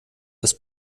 ist